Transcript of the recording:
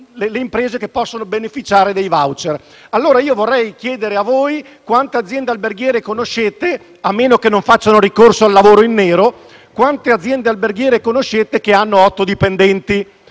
di quelle che possono beneficiare dei *voucher*. Vorrei però chiedervi quante aziende alberghiere conoscete, a meno che non facciano ricorso al lavoro nero, che hanno fino ad otto dipendenti,